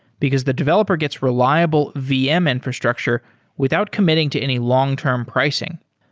because the developer gets reliable vm infrastructure without committing to any long term pricing.